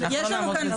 אנחנו לא נעמוד זה.